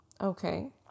Okay